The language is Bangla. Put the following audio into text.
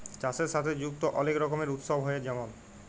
চাষের সাথে যুক্ত অলেক রকমের উৎসব হ্যয়ে যেমল